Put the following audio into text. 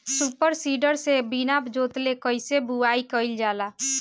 Super seeder से बीना जोतले कईसे बुआई कयिल जाला?